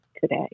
today